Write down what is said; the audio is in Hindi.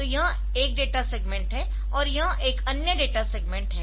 तो यह एक डेटा सेगमेंट है और यह एक अन्य डेटा सेगमेंट है